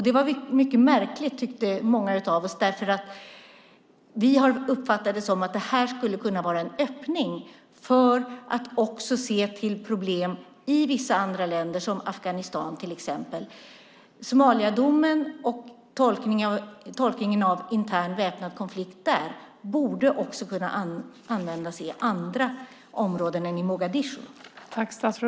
Det var mycket märkligt, tyckte många av oss, därför att vi uppfattade det som att det skulle kunna vara en öppning för att också se till problem i vissa andra länder, till exempel Afghanistan. Somaliadomen och tolkningen av intern väpnad konflikt där borde också kunna användas när det gäller andra områden än i Mogadishu.